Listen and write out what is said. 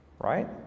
Right